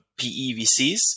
PEVCs